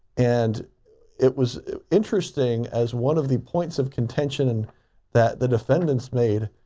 and it was interesting as one of the points of contention and that the defendant's made,